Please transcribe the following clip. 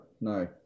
No